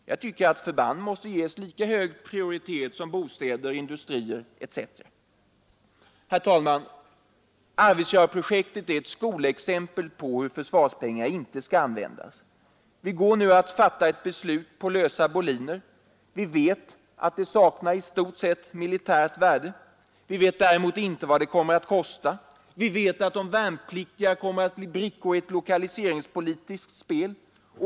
Jag tycker att förband måste ges lika hög prioritet som bostäder, industrier etc. Herr talman! Arvidsjaurprojektet är ett skolexempel på hur försvarspengar inte skall användas. Vi går nu att fatta ett beslut på lösa boliner. Vi vet att det i stort sett saknar militärt värde. Vi vet däremot inte vad det kommer att kosta. Vi vet att de värnpliktiga kommer att bli brickor i ett lokaliseringspolitiskt spel.